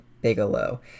Bigelow